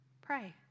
pray